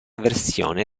versione